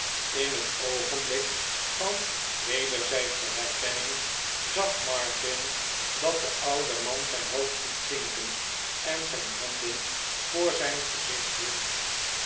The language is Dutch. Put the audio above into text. in het oogenblik van wederzijdsche herkenning zag martin dat de oude man zijn hoofd liet zinken en zijn handen voor zijn gezicht hield